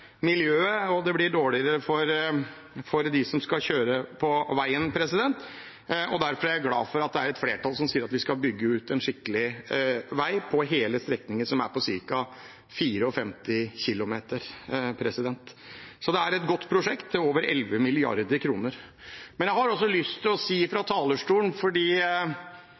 miljøet og for dem som skal kjøre på veien. Derfor er jeg glad for at det er et flertall som sier at vi skal bygge ut en skikkelig vei på hele strekningen, som er på ca. 54 km. Det er et godt prosjekt, på over 11 mrd. kr. Jeg har også lyst til å si dette fra talerstolen: